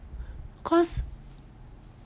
cause